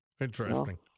Interesting